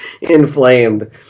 inflamed